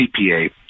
CPA